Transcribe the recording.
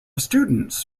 students